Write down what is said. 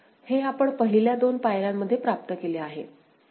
हे आपण पहिल्या दोन पायऱ्यांमध्ये प्राप्त केले आहे